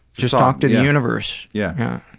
just talk to the universe. yeah. yeah.